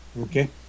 Okay